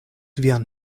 vian